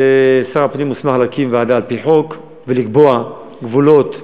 שר הפנים מוסמך להקים ועדה על-פי חוק ולקבוע גבולות שונים,